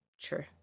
True